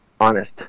honest